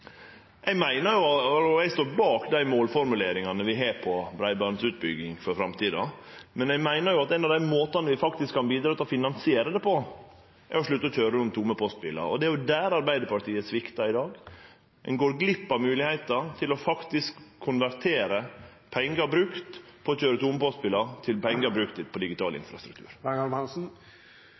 Eg står bak dei målformuleringane vi har for breibandsutbygging for framtida, men eg meiner ein av dei måtane ein faktisk kan bidra til å finansiere det på, er å slutte å køyre rundt med tomme postbilar. Det er der Arbeidarpartiet sviktar i dag. Ein går glipp av moglegheita til å konvertere pengar brukte på å køyre tomme postbilar til pengar brukte på digital infrastruktur.